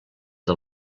del